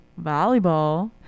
volleyball